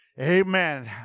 Amen